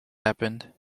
happened